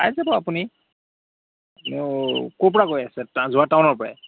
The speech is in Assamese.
পাই যাব আপুনি ক'ৰ পৰা কৈ আছে যোৰহাট টাউনৰ পৰাই